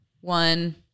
one